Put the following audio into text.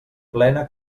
plena